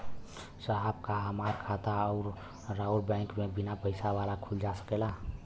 साहब का हमार खाता राऊर बैंक में बीना पैसा वाला खुल जा सकेला?